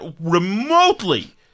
remotely